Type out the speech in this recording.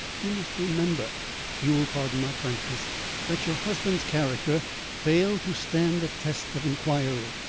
you must remember you will pardon my frankness that your husband's character failed to stand the test of inquiry.